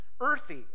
earthy